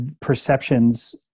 perceptions